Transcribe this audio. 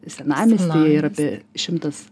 senamiestyje yra apie šimtas